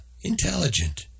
intelligent